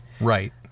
Right